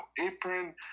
apron